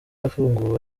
yafunguwe